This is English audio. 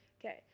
Okay